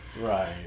Right